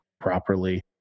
properly